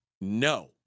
No